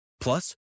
Plus